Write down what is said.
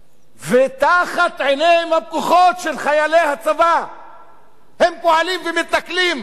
תחת עיניהם הפקוחות של חיילי הצבא הם פועלים ומתנכלים.